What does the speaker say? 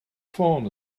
ffôn